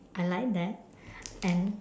I like that and